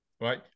right